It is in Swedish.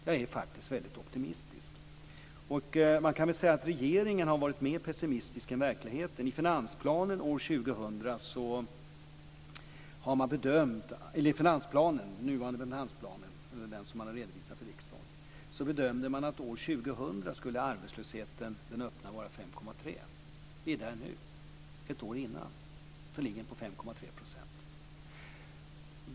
Jag är faktiskt väldigt optimistisk. Man kan väl säga att regeringen har varit mer pessimistisk än verkligheten. I den finansplan som man har redovisat för riksdagen bedömde man att den öppna arbetslösheten skulle vara 5,3 % år 2000. Vi är där nu. Ett år innan ligger den på 5,3 %.